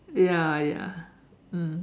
ya ya